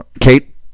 Kate